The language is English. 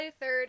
third